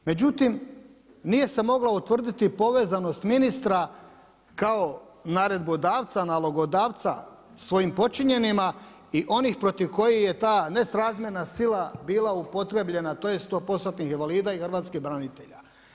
Međutim, nije se mogla utvrditi povezanost ministra kao naredbodavca, nalogodavca svojim počinjenima i onih protiv koji je ta nesrazmjerna sila bila upotrjebljena tj. 100%-tih invalida i hrvatskih branitelja.